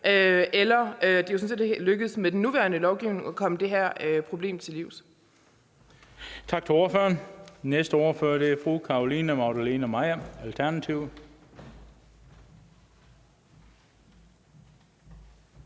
og at det ikke er lykkedes med den nuværende lovgivning at komme det her problem til livs.